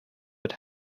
but